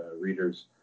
readers